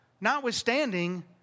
Notwithstanding